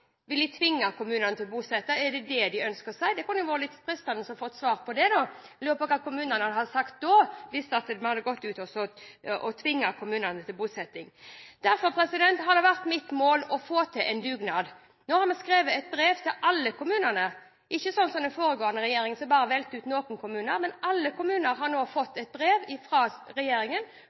Vil de tvinge kommunene til å bosette? Er det det de ønsker seg? Det kunne jo vært litt fristende å få et svar på. Jeg lurer på hva kommunene hadde sagt hvis vi hadde gått ut og tvunget kommunene til å bosette flyktninger. Derfor har det vært mitt mål å få til en dugnad. Nå har vi skrevet et brev til alle kommunene – ikke sånn som den foregående regjeringen som bare valgte ut noen kommuner, men alle kommuner har nå fått et brev fra regjeringen